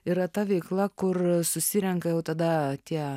yra ta veikla kur susirenka jau tada tie